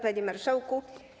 Panie Marszałku!